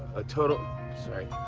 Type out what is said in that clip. a total sorry.